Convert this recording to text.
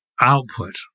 output